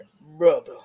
brother